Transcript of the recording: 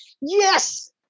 yes